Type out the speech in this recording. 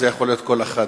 זה יכול להיות כל אחד,